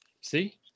see